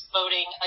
voting